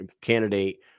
candidate